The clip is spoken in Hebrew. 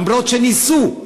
למרות שניסו.